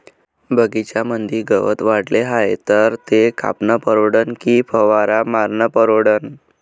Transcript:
बगीच्यामंदी गवत वाढले हाये तर ते कापनं परवडन की फवारा मारनं परवडन?